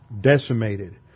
Decimated